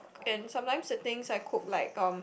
and sometimes the things I cook like um